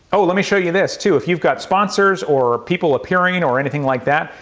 oh, let me show you this too. if you've got sponsors or people appearing or anything like that,